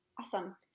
Awesome